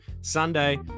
Sunday